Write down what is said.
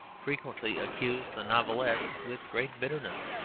frequently accuse the novelettes with great bitterness,